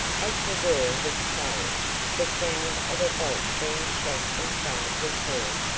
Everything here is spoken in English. as the door was closed the sound of a bolt being shot inside was heard,